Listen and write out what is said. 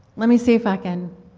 let me see if i can